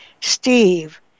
Steve